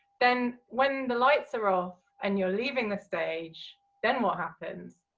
then when the lights are off and you're leaving the stage then what happens?